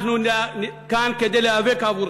אנחנו כאן כדי להיאבק עבורכם.